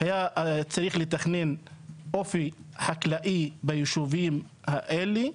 היה צריך לתכנן אופי חקלאי ביישובים האלה,